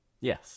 yes